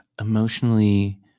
emotionally